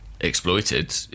exploited